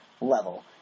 level